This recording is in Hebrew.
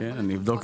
קפיצה.